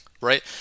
right